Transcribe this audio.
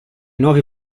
nuovi